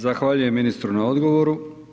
Zahvaljujem ministru na odgovoru.